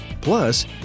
plus